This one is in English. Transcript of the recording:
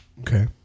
Okay